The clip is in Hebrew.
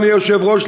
אדוני היושב-ראש,